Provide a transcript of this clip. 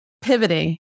pivoting